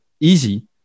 easy